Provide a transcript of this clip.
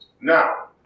now